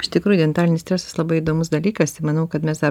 iš tikrųjų dentalinis stresas labai įdomus dalykas ir manau kad mes